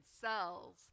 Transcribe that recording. cells